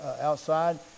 outside